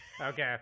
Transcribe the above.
Okay